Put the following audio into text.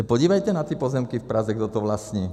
Se podívejte na ty pozemky v Praze, kdo to vlastní.